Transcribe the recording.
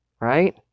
right